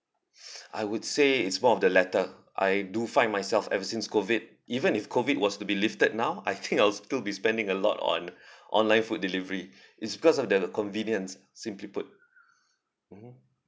I would say it's more of the latter I do find myself ever since COVID even if COVID was to be lifted now I think I'll still be spending a lot on online food delivery it's because of the convenience simply put mmhmm